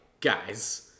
guys